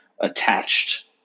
attached